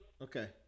Okay